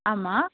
ஆமாம்